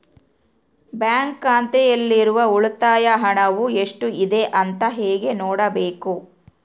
Bank ಖಾತೆಯಲ್ಲಿರುವ ಉಳಿತಾಯ ಹಣವು ಎಷ್ಟುಇದೆ ಅಂತ ಹೇಗೆ ನೋಡಬೇಕು?